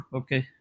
okay